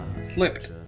Slipped